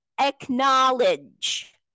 Acknowledge